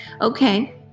Okay